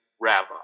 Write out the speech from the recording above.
rabbi